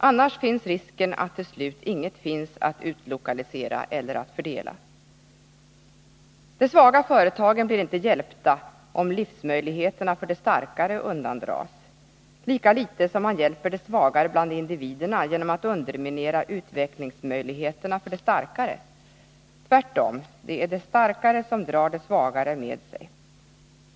Annars finns risken att det till slut inte finns något att utlokalisera eller att fördela. De svaga företagen blir inte hjälpta om livsmöjligheterna för de starkare undandras, lika litet som man hjälper de svagare bland individerna genom att underminera utvecklingsmöjligheterna för de starkare. Tvärtom, det är de starkare som drar de svagare med sig.